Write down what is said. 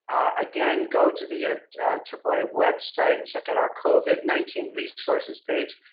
again, go to the aaa website, and check out our covid nineteen resources page,